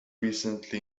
recently